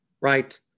right